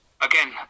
again